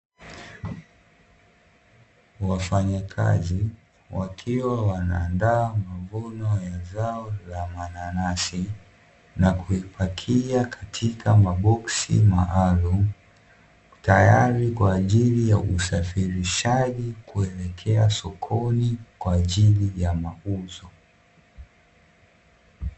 Wafanyakazi wakiwa wanaandaa mavuno ya zao la mananasi, na kuyapakia katika maboksi maalumu, tayari kwa ajili ya usafirishaji kuelekea sokoni kwa ajili ya mauzo.